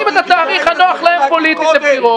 ומסמנים את התאריך הנוח להם פוליטית לבחירות